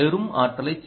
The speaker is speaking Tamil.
ஆற்றலைச் சேமிக்கும்